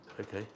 Okay